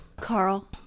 Carl